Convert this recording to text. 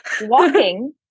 Walking